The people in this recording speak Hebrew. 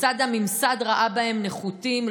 כיצד הממסד ראה בהם נחותים,